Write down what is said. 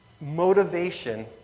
motivation